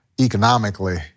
economically